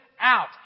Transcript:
out